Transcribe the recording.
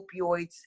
opioids